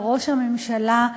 וראש הממשלה,